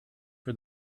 for